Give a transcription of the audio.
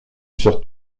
sur